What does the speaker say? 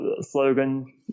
slogan